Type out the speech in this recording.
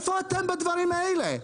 איפה אתם בדברים האלה?